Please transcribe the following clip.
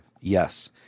Yes